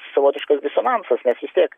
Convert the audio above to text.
visomis savotiškas disonansas nes vis tiek